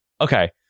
Okay